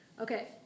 Okay